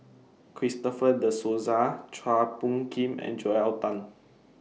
Christopher De Souza Chua Phung Kim and Joel Tan